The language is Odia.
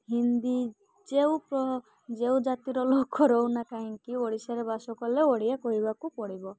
ହିନ୍ଦୀ ଯେଉଁ ଯେଉଁ ଜାତିର ଲୋକ ରହୁ ନା କାହିଁକି ଓଡ଼ିଶାରେ ବାସ କଲେ ଓଡ଼ିଆ କହିବାକୁ ପଡ଼ିବ